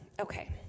Okay